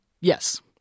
Yes